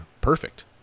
perfect